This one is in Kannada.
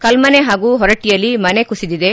ಕಲ್ಲನೆ ಹಾಗೂ ಹೊರಟ್ಟಿಯಲ್ಲಿ ಮನೆ ಕುಸಿದಿದೆ